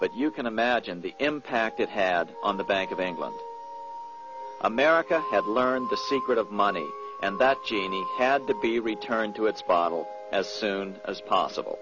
but you can imagine the impact it had on the bank of england america had learned the secret of money and that genie had to be returned to its bottle as soon as possible